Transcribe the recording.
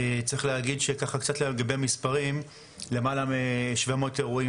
צריך להגיד שככה על גבי המספרים למעלה מ-700 אירועים